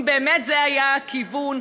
אם באמת זה היה הכיוון,